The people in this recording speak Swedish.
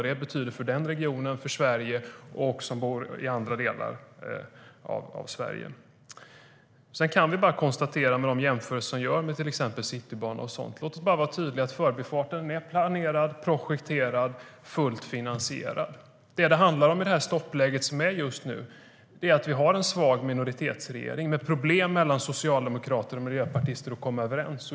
Det är betydelsefullt för den regionen, för Sverige och för oss som bor i andra delar av Sverige.Sedan kan vi bara, om vi jämför med till exempel Citybanan, konstatera och vara tydliga med att Förbifarten är planerad, projekterad och fullt finansierad. Det som det handlar om i det stoppläge som råder just nu är att vi har en svag minoritetsregering med problem mellan socialdemokrater och miljöpartister när det gäller att komma överens.